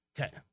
Okay